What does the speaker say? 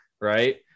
right